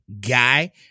guy